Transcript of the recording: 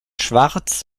schwarz